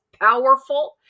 powerful